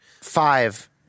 five